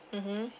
mmhmm